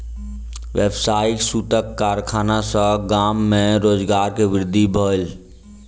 व्यावसायिक सूतक कारखाना सॅ गाम में रोजगार के वृद्धि भेल